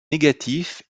négatif